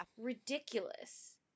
ridiculous